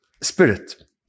spirit